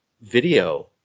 video